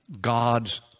God's